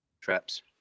traps